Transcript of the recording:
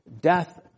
death